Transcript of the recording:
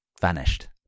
vanished